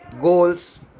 goals